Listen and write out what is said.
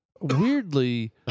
weirdly